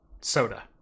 soda